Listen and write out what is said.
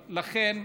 לכן,